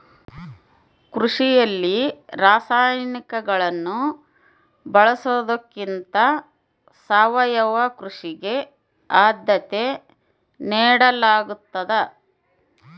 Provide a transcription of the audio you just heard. ಕೃಷಿಯಲ್ಲಿ ರಾಸಾಯನಿಕಗಳನ್ನು ಬಳಸೊದಕ್ಕಿಂತ ಸಾವಯವ ಕೃಷಿಗೆ ಆದ್ಯತೆ ನೇಡಲಾಗ್ತದ